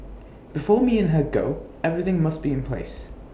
before me and her go everything must be in place